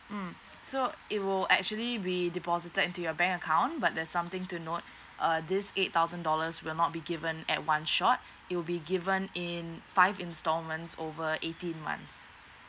mm so it will actually be deposited into your bank account but there's something to note uh this eight thousand dollars will not be given at one shot it'll be given in five installments over eighteen months